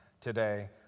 today